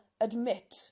admit